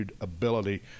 Ability